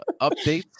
updates